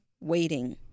waiting